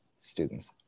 students